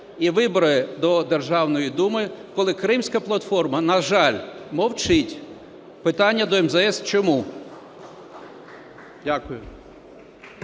і вибори до Державної Думи – коли Кримська платформа, на жаль, мовчить. Питання до МЗС – чому?